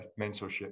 mentorship